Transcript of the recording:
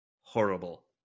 horrible